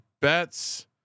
bets